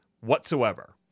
whatsoever